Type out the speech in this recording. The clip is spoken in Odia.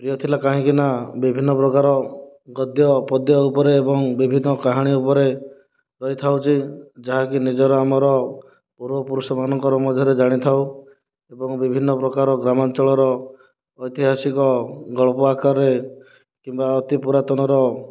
ପ୍ରିୟ ଥିଲା କାହିଁକିନା ବିଭିନ୍ନ ପ୍ରକାର ଗଦ୍ୟ ପଦ୍ୟ ଉପରେ ଏବଂ ବିଭିନ୍ନ କାହାଣୀ ଉପରେ ପଢ଼ିଥାଉ ଯେ ଯାହାକି ନିଜର ଆମର ପୂର୍ବପୁରୁଷ ମାନଙ୍କ ମଧ୍ୟରେ ଜାଣିଥାଉ ଏବଂ ବିଭିନ୍ନ ପ୍ରକାର ଗ୍ରାମାଞ୍ଚଳର ଐତିହାସିକ ଗଳ୍ପ ଆକାରରେ କିମ୍ବା ଅତି ପୁରାତନର